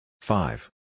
Five